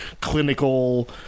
clinical